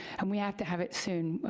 and we have to have it soon.